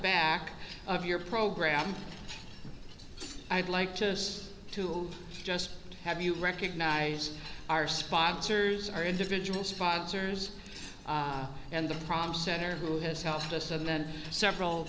back of your program i'd like to to just have you recognize our sponsors our individual sponsors and the problem center who has helped us and then several